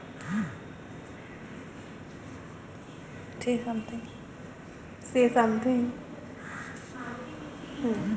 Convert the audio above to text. ओकरी बाद गरम चाकू चाहे अउरी कवनो यंत्र से सावधानी से मोम के हटावल जाला